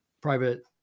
private